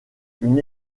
une